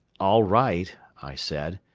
all right, i said,